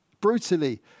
brutally